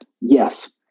Yes